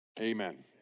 amen